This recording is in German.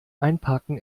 einparken